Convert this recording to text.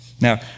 Now